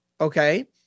okay